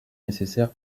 nécessaire